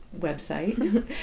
website